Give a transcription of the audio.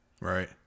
right